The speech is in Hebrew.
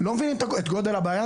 לא מבינים את גודל הבעיה.